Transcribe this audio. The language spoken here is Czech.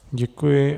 Děkuji.